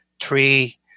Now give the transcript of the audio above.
three